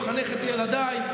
מחנך את ילדיי,